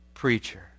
Preacher